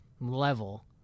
level